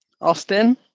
Austin